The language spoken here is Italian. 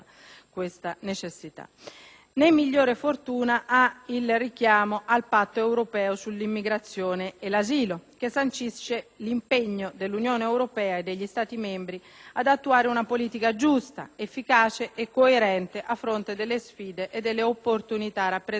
Né migliore fortuna ha il richiamo al Patto europeo sull'immigrazione e l'asilo, che sancisce l'impegno dell'Unione europea e degli Stati membri ad attuare una politica giusta, efficace e coerente a fronte delle sfide e delle opportunità rappresentate dalle migrazioni.